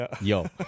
yo